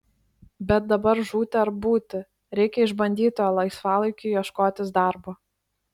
bet dabar žūti ar būti reikia išbandyti o laisvalaikiu ieškotis darbo